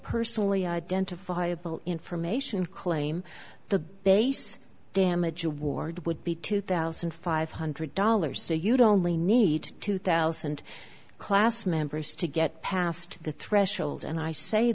personally identifiable information claim the base damage award would be two thousand five hundred dollars so you'd only need two thousand class members to get past the threshold and i say